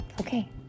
Okay